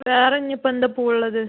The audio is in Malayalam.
വേറെ ഇനി ഇപ്പം എന്താ പൂ ഉള്ളത്